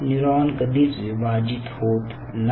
neuron कधीच विभाजित होत नाही